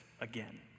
again